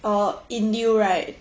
orh in lieu right